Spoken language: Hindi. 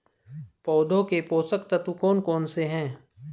पौधों के पोषक तत्व कौन कौन से हैं?